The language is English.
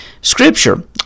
Scripture